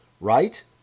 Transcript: right